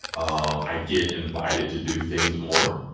um i get invited to do things more.